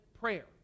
prayer